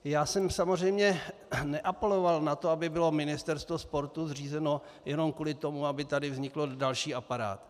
Já jsem samozřejmě neapeloval na to, aby bylo ministerstvo sportu zřízeno jenom kvůli tomu, aby tady vznikl další aparát.